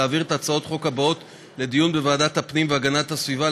להעביר את הצעות החוק האלה לדיון בוועדת הפנים והגנת הסביבה,